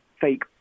fake